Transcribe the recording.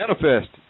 manifest